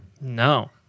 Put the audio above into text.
No